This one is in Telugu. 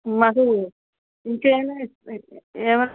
మాకు ఇంకేమైనా ఏమన్నా